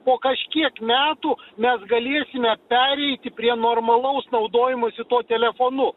po kažkiek metų mes galėsime pereiti prie normalaus naudojimosi tuo telefonu